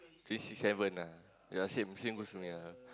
Kris is seven lah ya same same with me lah